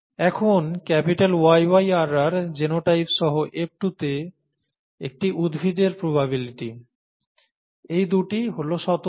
এখন YYRR genotype সহ F2 তে একটি উদ্ভিদের প্রবাবিলিটি এই দুটি হল স্বতন্ত্র